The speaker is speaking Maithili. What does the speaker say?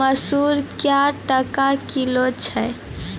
मसूर क्या टका किलो छ?